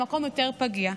במקום יותר פגיע.